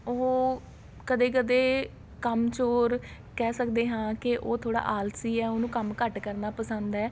ਉਹ ਕਦੇ ਕਦੇ ਕੰਮ ਚੋਰ ਕਹਿ ਸਕਦੇ ਹਾਂ ਕੇ ਉਹ ਥੋੜ੍ਹਾ ਆਲਸੀ ਹੈ ਉਹਨੂੰ ਕੰਮ ਘੱਟ ਕਰਨਾ ਪਸੰਦ ਹੈ